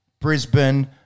Brisbane